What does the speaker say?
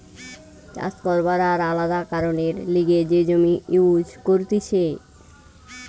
চাষ করবার আর আলাদা কারণের লিগে যে জমি ইউজ করতিছে